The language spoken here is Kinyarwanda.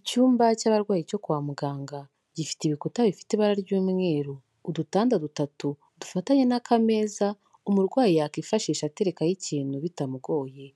Icyumba cy'abarwayi cyo kwa muganga gifite ibikuta bifite ibara ry'umweru, udutanda dutatu dufatanye n'akameza umurwayi yakifashisha aterekaho ikintu bitamugoye,